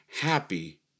happy